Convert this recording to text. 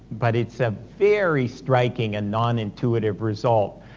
but it's a very striking and non-intuitive result.